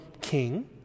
king